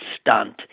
stunt